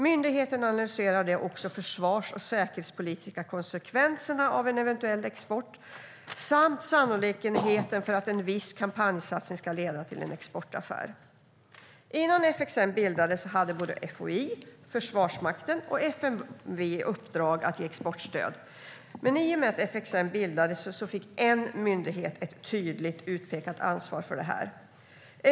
Myndigheten analyserar också de försvars och säkerhetspolitiska konsekvenserna av en eventuell export samt sannolikheten för att en viss kampanjsatsning ska leda till en exportaffär. Innan FXM bildades hade FOI, Försvarsmakten och FMV i uppdrag att ge exportstöd, men i och med att FXM bildades fick en myndighet ett tydligt utpekat ansvar för detta.